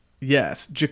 Yes